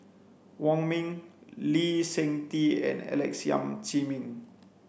Wong Ming Lee Seng Tee and Alex Yam Ziming